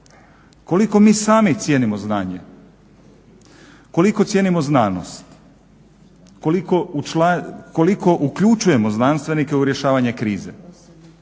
Koliko mi sami cijenimo znanje? Koliko cijenimo znanost? Koliko uključujemo znanstvenike u rješavanje krize?